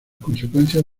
consecuencias